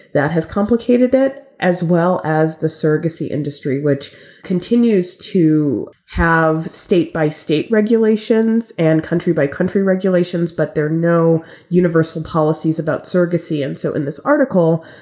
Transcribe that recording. that has complicated it, as well as the surrogacy industry, which continues to have state by state regulations and country by country regulations. but there are no universal policies about surrogacy. and so in this article,